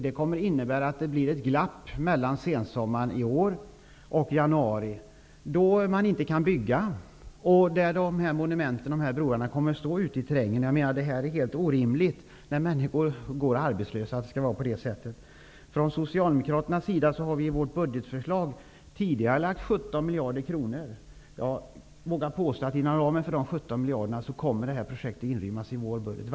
Det kommer att innebära ett glapp mellan sensommaren i år och januari 1994. Under den tiden går det inte att bygga. Nämnda broar kommer att stå som monument ute i terrängen. Detta är en helt orimlig situation, med tanke på att människor går arbetslösa. Vi socialdemokrater har i vårt budgetförslag tidigarelagt 17 miljarder kronor. Jag vågar påstå att det här projektet kan inrymmas inom den ramen i vår budget.